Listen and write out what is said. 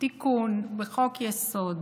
תיקון בחוק-יסוד.